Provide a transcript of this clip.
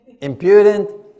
impudent